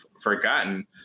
forgotten